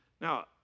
Now